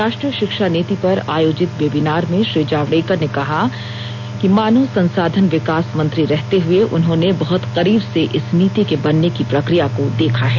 राष्ट्रीय शिक्षा नीति पर आयोजित वेबिनार में श्री जावड़ेकर ने कहा कि उन्होंने मानव संसाधन विकास मंत्री रहते हुए बहुत करीब से इस नीति के बनने की प्रक्रिया को देखा है